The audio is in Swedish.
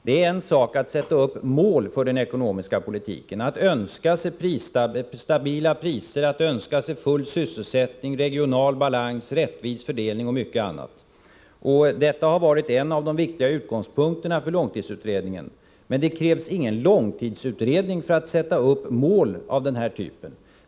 Det är en sak att sätta upp mål för den ekonomiska politiken, att önska sig stabila priser, att önska sig full sysselsättning, regional balans, rättvis fördelning och mycket annat. Detta har varit en av de viktiga utgångspunkterna för långtidsutredningen, men det krävs ingen långtidsutredning för att sätta upp mål av den typen.